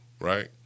right